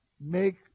make